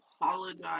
apologize